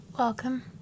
Welcome